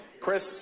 Chris